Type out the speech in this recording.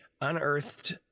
unearthed